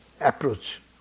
approach